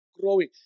growing